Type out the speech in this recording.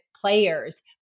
players